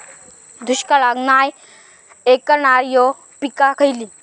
दुष्काळाक नाय ऐकणार्यो पीका खयली?